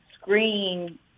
screen